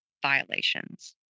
Violations